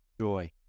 joy